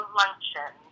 luncheon